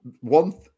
one